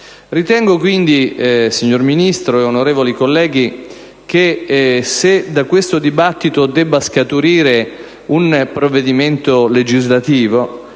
Ritengo quindi, signor Ministro e onorevoli colleghi, che se da questo dibattito debba scaturire un provvedimento legislativo,